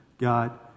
God